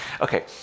Okay